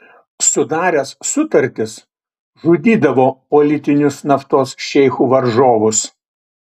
sudaręs sutartis žudydavo politinius naftos šeichų varžovus